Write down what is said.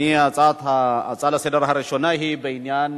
ההצעה הראשונה לסדר-היום היא בעניין